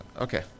okay